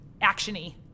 Action-y